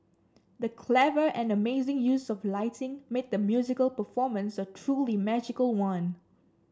the clever and amazing use of lighting made the musical performance a truly magical one